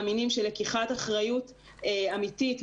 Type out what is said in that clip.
מאמינים שלקיחת אחריות אמיתית,